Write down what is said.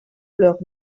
leurs